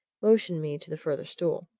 motioned me to the further stool.